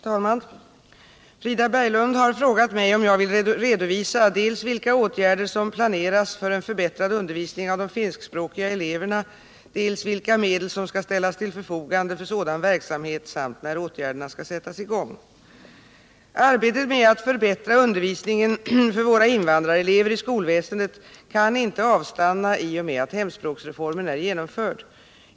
Herr talman! Frida Berglund har frågat mig om jag vill redovisa dels vilka åtgärder som planeras för en förbättrad undervisning av de finskspråkiga eleverna, dels vilka medel som skall ställas till förfogande för sådan verksamhet och dels när åtgärderna skall sättas i gång. Arbetet med att förbättra undervisningen för våra invandrarelever i "skolväsendet kan inte avstanna i och med att hemspråksreformen är genomförd.